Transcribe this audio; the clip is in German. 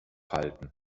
halten